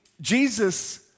Jesus